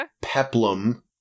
Peplum